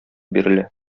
бирелә